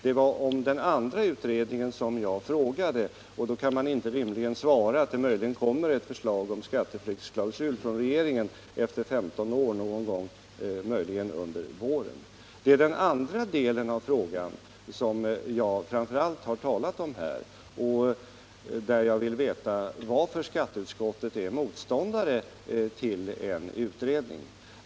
Det var den andra utredningen jag frågade om, och då kan man rimligen inte svara att det möjligen kommer ett förslag om skatteflyktsklausul från regeringen efter 15 år, kanske någon gång under våren. Det är den andra delen av frågan som jag framför allt har talat om här, och jag vill veta varför skatteutskottet är motståndare till en utredning.